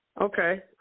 Okay